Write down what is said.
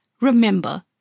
Remember